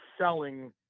selling –